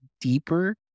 deeper